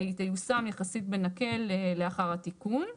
והיא תיושם יחסים בנקל לאחר התיקון.